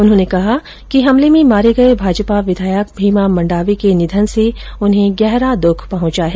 उन्होंने कहा कि हमले में मारे गए भाजपा विधायक भीमा मंडावी के निधन से उन्हें गहरा दुख पहुंचा है